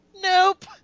Nope